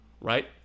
Right